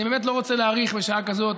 אני באמת לא רוצה להאריך בשעה כזאת,